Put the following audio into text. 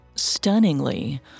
Stunningly